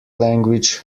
language